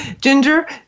Ginger